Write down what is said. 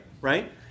Right